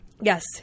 yes